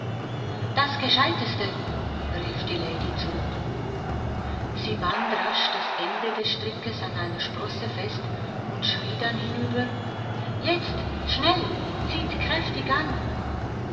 das gescheiteste rief die lady zurück sie band rasch das ende des stricks an einer sprosse fest und schrie dann hinüber jetzt schnell ziehet kräftig an